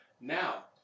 now